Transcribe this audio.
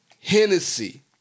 Hennessy